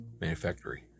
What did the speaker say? manufactory